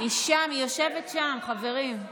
היא שם, היא יושבת שם, חברים.